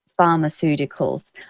Pharmaceuticals